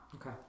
okay